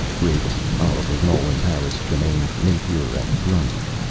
riggs, oliver, nolan, harris, tremaine, napier and grundy,